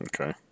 Okay